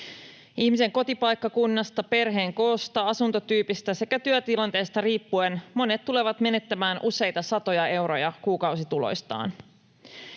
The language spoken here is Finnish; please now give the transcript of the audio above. Ihmisen kotipaikkakunnasta, perheen koosta, asuntotyypistä sekä työtilanteesta riippuen monet tulevat menettämään useita satoja euroja kuukausituloistaan.